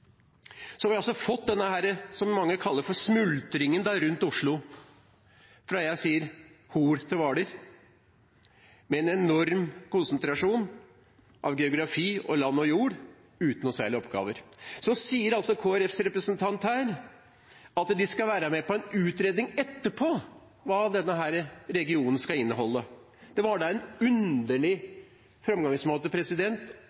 så begeistret for vedtaket. Det er mulig. Vi har fått det som mange kaller for smultringen rundt Oslo, fra – som jeg sier – Hol til Hvaler, med en enorm konsentrasjon av geografi og land og jord, uten noen særlige oppgaver. Så sier Kristelig Folkepartis representant her at de skal være med på en utredning etterpå om hva denne regionen skal inneholde. Det var da en